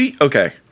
Okay